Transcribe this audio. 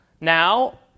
Now